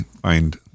find